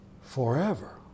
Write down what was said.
forever